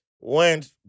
went